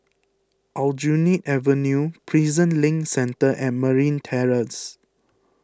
Aljunied Avenue Prison Link Centre and Marine Terrace